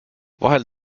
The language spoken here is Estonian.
vahel